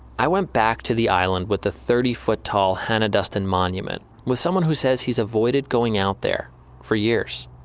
i went back to the island with the thirty foot tall hannah duston monument with someone who says he's avoided going out there for years.